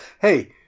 hey